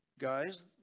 Guys